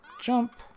Jump